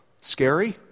scary